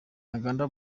ntaganda